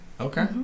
Okay